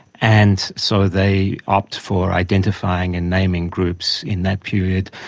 and so they opt for identifying and naming groups in that period,